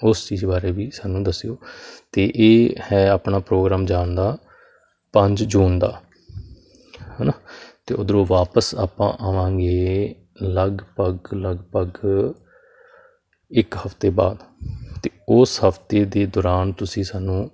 ਉਸ ਚੀਜ਼ ਬਾਰੇ ਵੀ ਸਾਨੂੰ ਦੱਸਿਓ ਅਤੇ ਇਹ ਹੈ ਆਪਣਾ ਪ੍ਰੋਗਰਾਮ ਜਾਣ ਦਾ ਪੰਜ ਜੂਨ ਦਾ ਹੈ ਨਾ ਅਤੇ ਉਧਰੋਂ ਵਾਪਸ ਆਪਾਂ ਆਵਾਂਗੇ ਲਗਭਗ ਲਗਭਗ ਇੱਕ ਹਫ਼ਤੇ ਬਾਅਦ ਤਾਂ ਉਸ ਹਫ਼ਤੇ ਦੇ ਦੌਰਾਨ ਤੁਸੀਂ ਸਾਨੂੰ